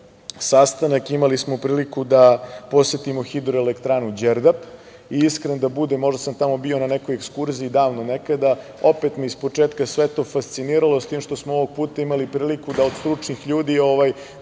sastanak i imali smo priliku da posetimo HE Đerdap, i iskren da budem, možda sam tamo bio na nekoj ekskurziji davno nekada, opet me ispočetka sve to fasciniralo, s tim što smo ovog puta imali priliku da od stručnih ljudi,